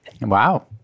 Wow